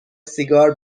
سیگار